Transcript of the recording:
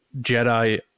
jedi